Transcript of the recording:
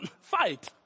fight